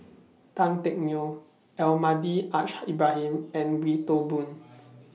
Tan Teck Neo Almahdi Al Haj Ibrahim and Wee Toon Boon